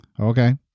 Okay